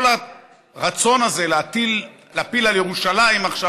כל הרצון הזה להפיל על ירושלים עכשיו